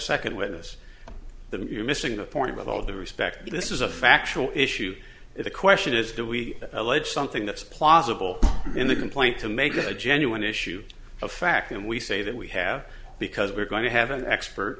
second witness that you're missing the point with all due respect this is a factual issue if the question is do we allege something that's possible in the complaint to make it a genuine issue of fact and we say that we have because we're going to have an expert